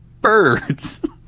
birds